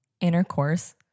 intercourse